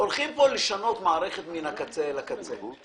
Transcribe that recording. הולכים פה לשנות מערכת מן הקצה אל הקצה.